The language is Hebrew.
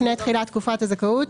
לפני תחילת תקופת הזכאות,